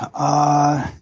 i